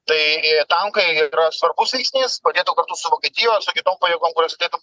tai tankai yra svarbus veiksnys padėtų kartu su vokietijos su kitom pajėgom kurios ateitų